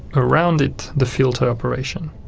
around it, the filter operation.